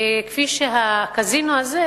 כפי שהקזינו הזה,